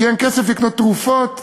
כי אין כסף לקנות תרופות,